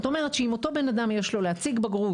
זאת אומרת שאם אותו בן אדם יש לו להציג בגרות,